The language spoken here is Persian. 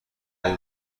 لای